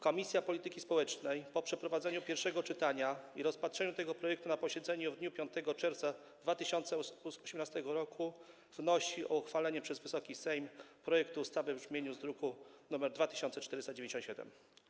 Komisja polityki społecznej po przeprowadzeniu pierwszego czytania i rozpatrzeniu tego projektu na posiedzeniu w dniu 5 czerwca 2018 r. wnosi o uchwalenie przez Wysoki Sejm projektu ustawy w brzmieniu z druku nr 2497.